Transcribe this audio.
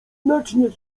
znacznie